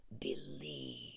believe